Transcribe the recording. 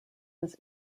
was